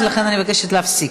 ולכן אני מבקשת להפסיק.